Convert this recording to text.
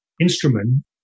instrument